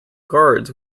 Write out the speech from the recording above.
guards